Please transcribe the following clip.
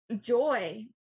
joy